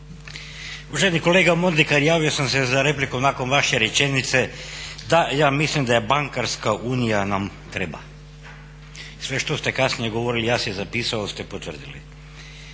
Uvaženi kolega Mondekar, javio sam se za repliku nakon vaše rečenice da, ja mislim da je bankarska unija nam treba i sve što ste kasnije govorili a ja se zapisao ste potvrdili.